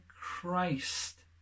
Christ